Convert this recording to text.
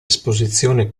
esposizione